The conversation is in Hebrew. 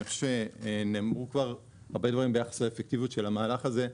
חושב שנאמרו כבר הרבה דברים ביחס לאפקטיביות של המהלך הזה.